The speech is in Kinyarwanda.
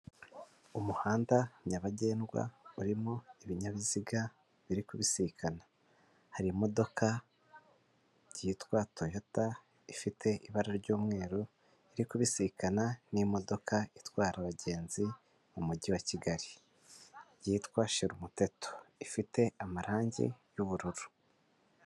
Umuhanda nyabagendwa urimo ibinyabiziga biri kubisikana, hari imodoka yitwa toyota ifite ibara ry'umweru iri kubisikana n'imodoka itwara abagenzi mu mujyi wa Kigali, yitwa shira umuteto ifite amarangi y'ubururu.